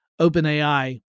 OpenAI